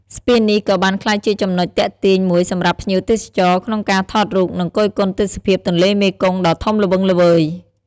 ស្ពាននេះក៏បានក្លាយជាចំណុចទាក់ទាញមួយសម្រាប់ភ្ញៀវទេសចរក្នុងការថតរូប និងគយគន់ទេសភាពទន្លេមេគង្គដ៏ធំល្វឹងល្វើយ។